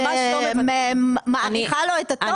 את מאריכה לו את התוקף?